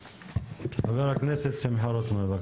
חבר הכנסת שמחה רוטמן, בבקשה.